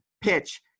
PITCH